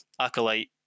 acolyte